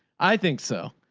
i think so.